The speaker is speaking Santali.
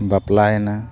ᱵᱟᱯᱞᱟᱭᱮᱱᱟ